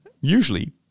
usually